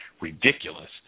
ridiculous